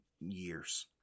years